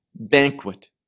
banquet